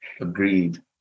Agreed